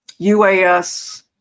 UAS